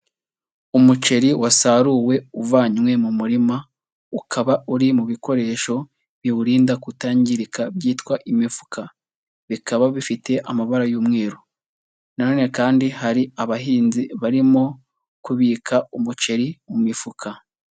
Umuceri wasaruwe uvanywe mu murima, ukaba uri mu bikoresho biwurinda kutangirika byitwa imifuka, bikaba bifite amabara y'umweru, na none kandi hari abahinzi barimo kubika umuceri mu mifuka.